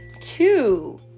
Two